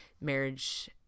marriage